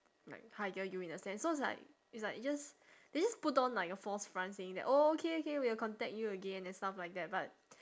like hire you in a sense so it's like it's like just they just a put on like a false front saying that oh okay okay we will contact you again and stuff like that but